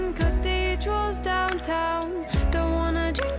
cathedrals downtown don't wanna do